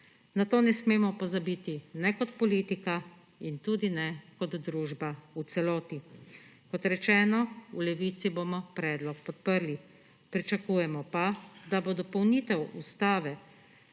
Na to ne smemo pozabiti ne kot politika in tudi ne kot družba v celoti. Kot rečeno, v Levici bomo predlog podprli. Pričakujemo pa, da bo dopolnitev ustave,